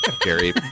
Gary